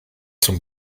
zum